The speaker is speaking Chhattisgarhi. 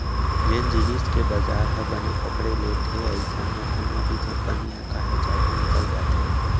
जेन जिनिस के बजार ह बने पकड़े लेथे अइसन म कोनो भी कंपनी ह काहेच आघू निकल जाथे